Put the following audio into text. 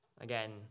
again